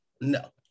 No